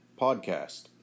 podcast